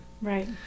Right